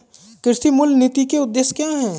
कृषि मूल्य नीति के उद्देश्य क्या है?